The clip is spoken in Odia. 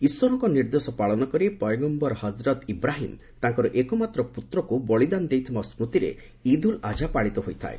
ଈଶ୍ୱରଙ୍କ ନିର୍ଦ୍ଦେଶ ପାଳନ କରି ପୟଗମ୍ଭର ହଜରତ୍ ଇବ୍ରାହିମ୍ ତାଙ୍କର ଏକମାତ୍ର ପ୍ରତ୍ରକ୍ତ ବଳିଦାନ ଦେଇଥିବା ସ୍ତିରେ ଇଦ୍ ଉଲ୍ ଆଝା ପାଳିତ ହୋଇଥାଏ